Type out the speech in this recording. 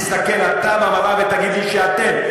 תסתכל אתה במראה ותגיד לי שאתם,